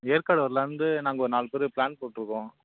ஏற்காடு வரலாம்ட்டு நாங்கள் ஒரு நாலு பேர் ப்ளான் போட்டுருக்கோம்